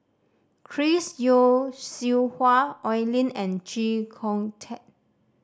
Chris Yeo Siew Hua Oi Lin and Chee Kong Tet